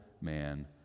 man